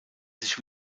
sich